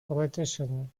politician